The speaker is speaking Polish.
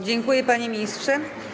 Dziękuję, panie ministrze.